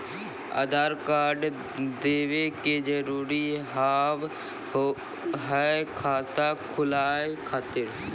आधार कार्ड देवे के जरूरी हाव हई खाता खुलाए खातिर?